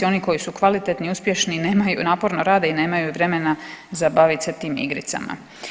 Oni koji su kvalitetni, uspješni i nemaju, naporno rade i nemaju vremena za bavit se tim igricama.